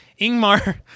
ingmar